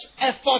effort